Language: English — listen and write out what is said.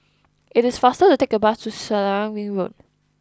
it is faster to take a bus to Selarang Ring Road